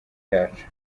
yacu